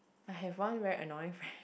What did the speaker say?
I have one very annoying friend